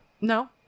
No